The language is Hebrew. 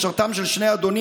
"משרתם של שני אדונים",